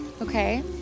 Okay